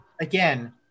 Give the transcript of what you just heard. again